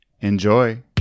Enjoy